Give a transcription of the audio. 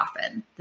often